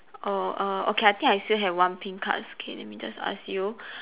oh err okay I think I still have one pink card okay let me just ask you